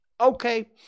Okay